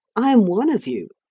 i am one of you.